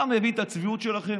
אתה מבין את הצביעות שלכם?